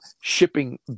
shipping